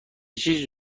چیزی